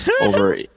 over